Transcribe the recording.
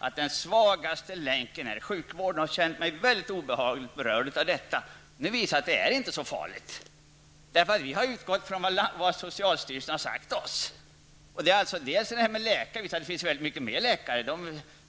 att den svagaste länken är sjukvården, och jag har känt mig mycket obehagligt berörd av detta. Nu visar det sig att det inte är fullt så farligt. Vi har nämligen utgått från vad socialstyrelsen har sagt oss. Det gäller delvis frågan om läkarna.